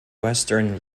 western